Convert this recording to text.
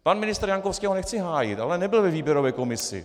Pan ministr Jankovský, nechci ho hájit, ale nebyl ve výběrové komisi.